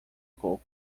coco